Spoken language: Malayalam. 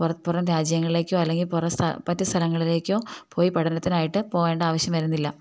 പുറം രാജ്യങ്ങളിലേക്കോ അല്ലെങ്കില് മറ്റ് സ്ഥലങ്ങളിലേക്കോ പഠനത്തിനായിട്ട് പോകേണ്ട ആവശ്യം വരുന്നില്ല